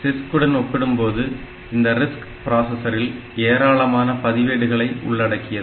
CISC உடன் ஒப்பிடும்போது இந்த RISC ப்ராசசரில் ஏராளமான பதிவேடுகளை உள்ளடக்கியது